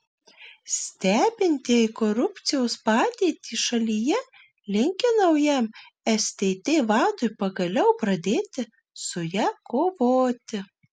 stebintieji korupcijos padėtį šalyje linki naujam stt vadui pagaliau pradėti su ja kovoti